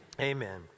Amen